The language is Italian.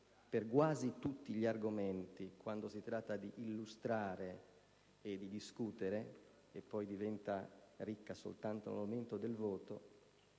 per quasi tutti gli argomenti quando si tratta di illustrare e di discutere, per poi diventare piena soltanto al momento del voto,